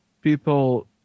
people